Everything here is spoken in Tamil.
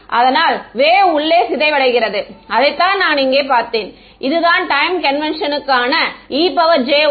அதனால் வேவ் உள்ளே சிதைவடைகிறது அதை தான் நான் இங்கே பார்த்தேன் இதுதான் டைம் கான்வெண்க்ஷனுக்கான ejt